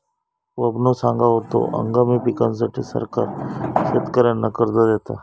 बबनो सांगा होतो, हंगामी पिकांसाठी सरकार शेतकऱ्यांना कर्ज देता